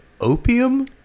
opium